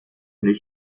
les